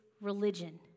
religion